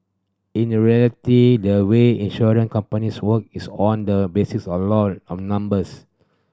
in the reality the way insurance companies work is on the basis of law of numbers